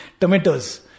tomatoes